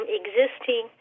existing